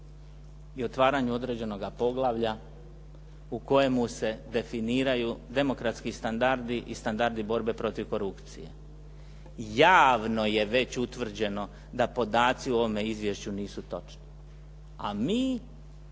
i otvaranju određenoga poglavlja u kojemu se definiraju demokratski standardi i standardi borbe protiv korupcije. Javno je već utvrđeno da podaci u ovome izvješću nisu točni